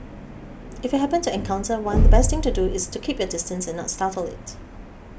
if you happen to encounter one the best thing to do is to keep your distance and not startle it